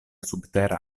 subtera